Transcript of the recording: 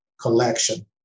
collection